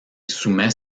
soumet